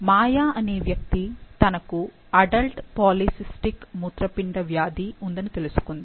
మాయ అనే వ్యక్తి తనకు అడల్ట్ పాలిసిస్టిక్ మూత్రపిండ వ్యాధి ఉందని తెలుసుకుంది